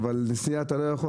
אבל נסיעה אתה לא יכול,